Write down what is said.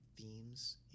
themes